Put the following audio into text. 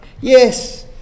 Yes